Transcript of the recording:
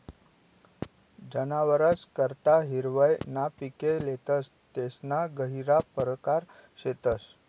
जनावरस करता हिरवय ना पिके लेतस तेसना गहिरा परकार शेतस